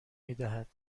میدهد